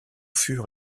fur